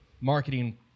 marketing